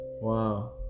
Wow